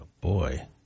boy